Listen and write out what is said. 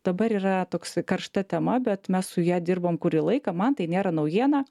dabar yra toks karšta tema bet mes su ja dirbom kurį laiką man tai nėra naujiena